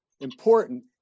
important